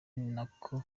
nako